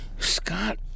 Scott